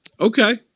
Okay